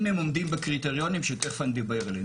אם הם עומדים בקריטריונים שתכף אני אדבר עליהם.